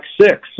six